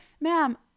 ma'am